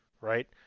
right